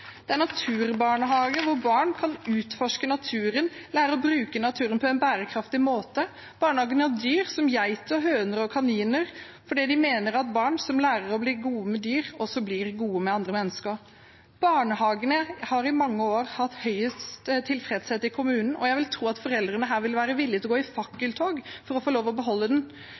er en naturbarnehage, hvor barn kan utforske naturen og lære å bruke naturen på en bærekraftig måte. Barnehagen har dyr, som geiter, høner og kaniner, fordi de mener at barn som lærer å bli gode med dyr, også blir gode med andre mennesker. Barnehagen har i mange år hatt høyest tilfredshet i kommunen, og jeg vil tro at foreldrene her vil være villig til å gå i fakkeltog for å få lov til å beholde den.